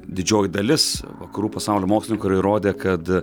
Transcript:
didžioji dalis vakarų pasaulio mokslininkų yra įrodę kad